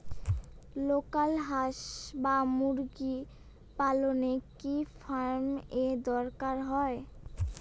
Local হাস বা মুরগি পালনে কি ফার্ম এর দরকার হয়?